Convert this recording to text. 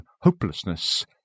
hopelessness